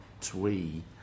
twee